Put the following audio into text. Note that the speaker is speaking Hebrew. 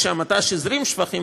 כשהמט"ש הזרים שפכים,